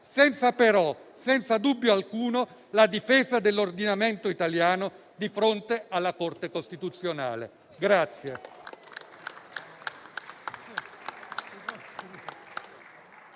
senza però, senza dubbio alcuno, la difesa dell'ordinamento italiano di fronte alla Corte costituzionale.